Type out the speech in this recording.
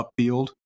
upfield